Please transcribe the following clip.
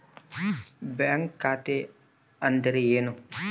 Bank ಖಾತೆ ಅಂದರೆ ಏನು?